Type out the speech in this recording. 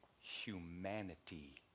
humanity